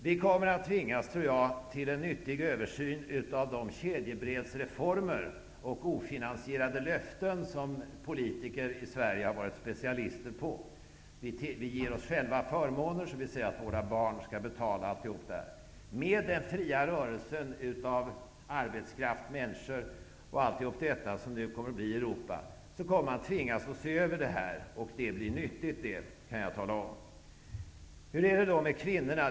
Vi kommer att tvingas att göra en nyttig översyn av de kedjebrevsreformer och ofinansierade löften som politiker i Sverige har varit specialister på. Vi ger oss själva förmåner, som vi säger att våra barn skall betala. I och med den fria rörelsen av arbetskraft och människor i Europa, kommer man att tvingas se över det här, och det blir nyttigt. Hur är det då med kvinnorna?